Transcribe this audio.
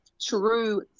true